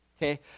Okay